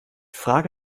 frage